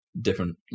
different